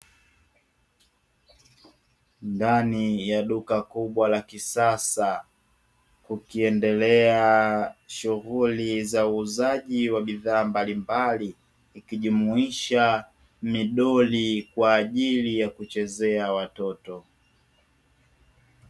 Ndani ya duka kubwa la kisasa tukiendelea shughuli za uuzaji wa bidhaa mbalimbali, ikijumuisha midoli kwa ajili ya kuchezea watoto.